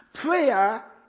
Prayer